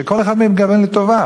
שכל אחד מהם התכוון לטובה,